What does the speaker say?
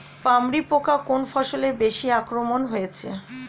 পামরি পোকা কোন ফসলে বেশি আক্রমণ হয়েছে?